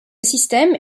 système